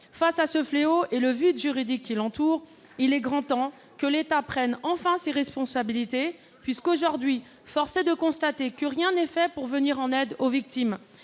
Devant ce fléau et le vide juridique qui l'entoure, il est grand temps que l'État prenne enfin ses responsabilités. En effet, force est de constater que rien n'est fait, aujourd'hui, pour venir en aide aux victimes.